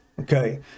Okay